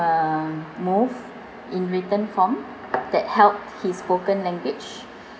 um move in written form that helped his spoken language